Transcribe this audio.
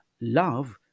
love